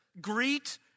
Greet